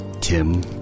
Tim